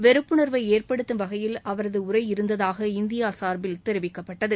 வெறுப்புணர்வை ஏற்படுத்தம் வகையில் அவரது உரை இருந்ததாக இந்தியா சார்பில் தெரிவிக்கப்பட்டது